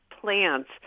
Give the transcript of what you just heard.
plants